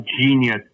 genius